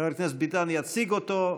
חבר הכנסת ביטן יציג אותו.